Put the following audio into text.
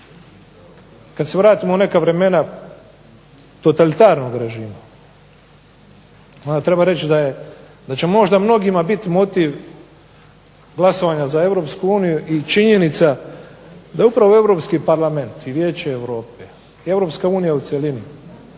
Kada se vratimo u neka vremena totalitarnog režima onda treba reći da će možda mnogima biti motiv glasovanja za EU i činjenica da upravo Europski parlament i Vijeće Europe, EU u cjelini